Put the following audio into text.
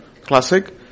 classic